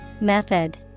Method